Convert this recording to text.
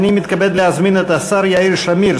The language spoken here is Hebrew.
אני מתכבד להזמין את השר יאיר שמיר,